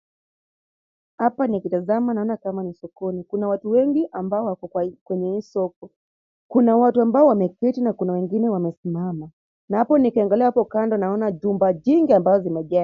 Hapa nikitazama naona kama ni sokoni. Kuna watu wengi ambao wako kwenye hii soko. Kuna watu ambao wameketi na watu wengine wamesimama na hapo nikiangalia hapo kando naona jumba jingi ambazo zimejengwa.